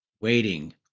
waiting